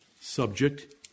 subject